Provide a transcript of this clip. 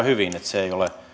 hyvin että se ei ole